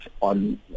on